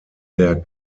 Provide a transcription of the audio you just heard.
der